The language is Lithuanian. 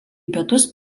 pietus